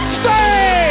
stay